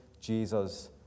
Jesus